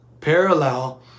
parallel